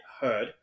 heard